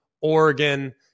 Oregon